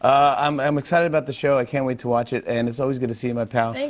um i'm excited about the show. i can't wait to watch it. and it's always good to see you, my pal. thank